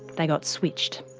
they got switched.